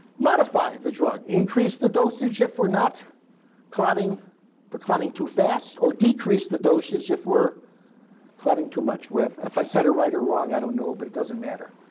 modify the drug. increase the dosage if we're not clotting we're clotting too fast, or decrease the dosage if we're clotting too much. if if i said it right or wrong, i don't know, but it doesn't matter.